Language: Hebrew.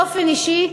באופן אישי,